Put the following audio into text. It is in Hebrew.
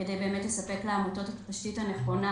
כדי לספק לעמותות את התשתית הנכונה